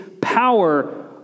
power